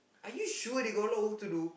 are you sure they got a lot of work to do